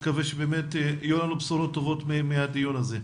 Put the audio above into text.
נקווה שיהיו לנו בשורות טובות מהדיון הזה.